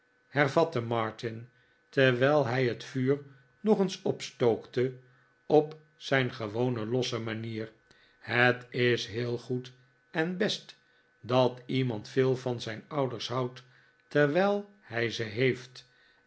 hervatte martin terwijl hij het vuur nog eens opstookte op zijn gewone losse manier het is heel goed en best dat iemand veel van zijn ouders houdt terwijl hij ze heeft